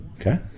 Okay